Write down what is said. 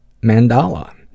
Mandala